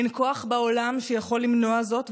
אין כוח בעולם שיכול למנוע זאת,